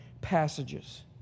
passages